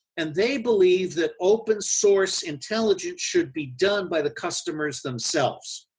and they believe that open source intelligence should be done by the customers themselves.